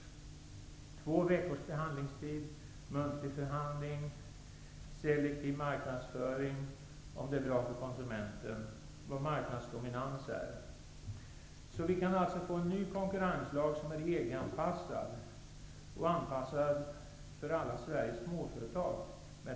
Det gäller två veckors behandlingstid, muntlig förhandling, selektiv marknadsföring om det är bra för konsumenten och att man definierar vad marknadsdominans är. Med dessa ändringar kan vi alltså få en ny konkurrenslag som är EG-anpassad och anpassad för alla Sveriges småföretag.